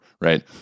right